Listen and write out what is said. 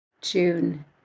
June